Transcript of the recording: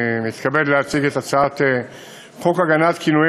אני מתכבד להציג את הצעת חוק הגנת כינויי